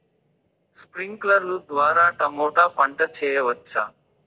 స్ప్రింక్లర్లు ద్వారా టమోటా పంట చేయవచ్చా?